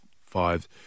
five